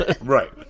Right